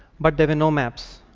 but there were no maps,